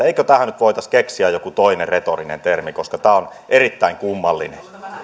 eikö tähän nyt voitaisi keksiä joku toinen retorinen termi koska tämä on erittäin kummallinen